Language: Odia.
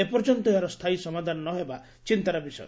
ଏପର୍ଯ୍ୟନ୍ତ ଏହାର ସ୍ରାୟୀ ସମାଧାନ ନ ହେବା ଚିନ୍ତାର ବିଷୟ